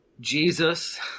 Jesus